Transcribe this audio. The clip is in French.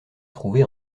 trouvée